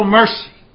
mercy